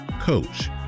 coach